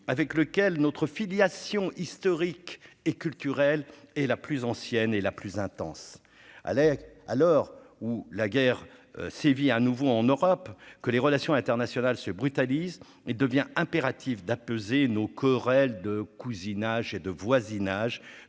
avec lequel notre filiation historique et culturel et la plus ancienne et la plus intense à est à l'heure où la guerre sévit à nouveau en Europe que les relations internationales se brutalise et devient impératif d'apaiser nos querelles de cousinage et de voisinage,